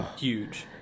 Huge